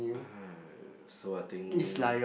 ah so I think